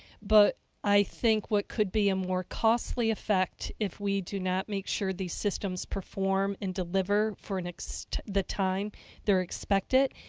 but i think what could be a more costly effect if we do not make sure these systems perform and deliver for the time they're expected,